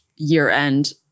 year-end